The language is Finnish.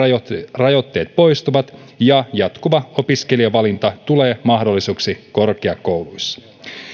rajoitteet poistuvat ja jatkuva opiskelijavalinta tulee mahdolliseksi korkeakouluissa